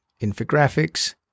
infographics